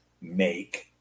make